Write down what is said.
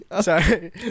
Sorry